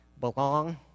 belong